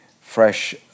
fresh